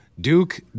Duke